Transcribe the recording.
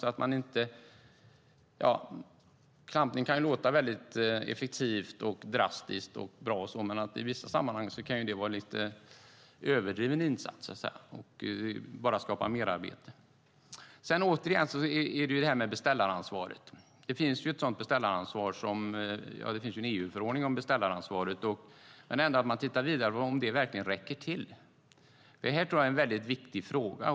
Klampning kan låta väldigt effektivt, drastiskt, bra och så vidare, men i vissa sammanhang kan det vara en lite överdriven insats, så att säga, och bara skapa merarbete. Återigen är det detta med beställaransvaret. Det finns ju en EU-förordning om beställaransvaret. Men det handlar ändå om att man tittar vidare på om det verkligen räcker till. Det här tror jag är en viktig fråga.